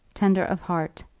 tender of heart,